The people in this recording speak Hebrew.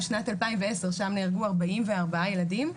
שנת 2010 שם נהרגו 44 ילדים,